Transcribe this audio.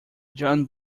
john